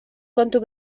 kontu